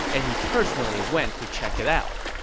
and he personally went to check it out.